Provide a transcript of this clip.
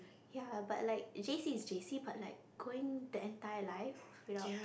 ya but like J_C is J_C but like going the entire life without